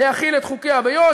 להחיל את חוקיה ביו"ש,